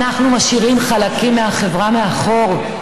אנחנו משאירים חלקים מהחברה מאחור.